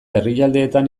herrialdetan